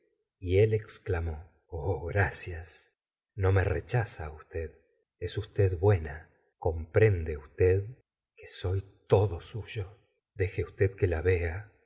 y él exclamó oh gracias no me rechaza usted es usted buena comprende usted que soy todo suyo deje usted que la vea